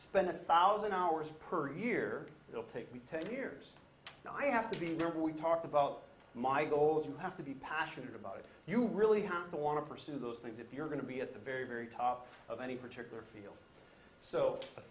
spend a thousand hours per year it will take me ten years i have to be there we talk about my goals you have to be passionate about it you really have to want to pursue those things if you're going to be at the very very top of any particular field so a